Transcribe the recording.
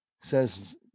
says